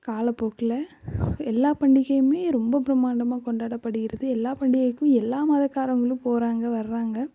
காலப்போக்கில் எல்லா பண்டிகையுமே ரொம்ப பிரமாண்டமாக கொண்டாடப்படுகிறது எல்லா பண்டிகைக்கும் எல்லா மதக்காரங்களும் போகிறாங்க வர்றாங்க